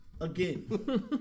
again